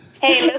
Hey